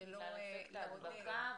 --- בגלל אפקט ההדבקה,